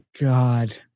god